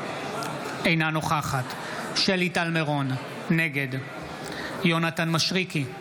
אינה נוכחת שלי טל מירון, נגד יונתן מישרקי,